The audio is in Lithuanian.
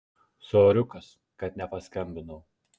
soriukas kad nepaskambinau